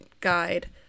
guide